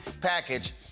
package